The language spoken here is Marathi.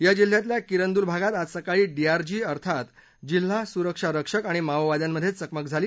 या जिल्ह्यातल्या किरंदुल भागात आज सकाळी डीआरजी अर्थात जिल्हा सुरक्षा रक्षक आणि माओवाद्यांमध्ये चकमक झाली